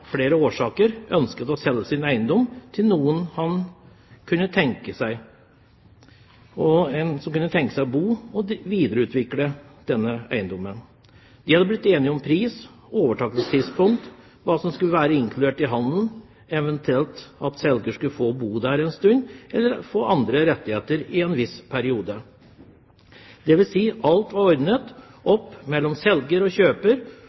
flere årsaker ønsket å selge sin eiendom til en som kunne tenke seg å bo og videreutvikle denne eiendommen. De ble enige om pris, overtakelsestidspunkt, hva som skulle være inkludert i handelen, eventuelt at selger skulle få bo der en stund, eller få andre rettigheter i en viss periode – dvs. at alt var ordnet mellom selger og kjøper.